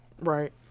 Right